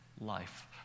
life